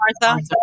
Martha